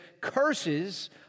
curses